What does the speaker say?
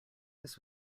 this